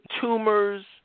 tumors